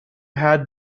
had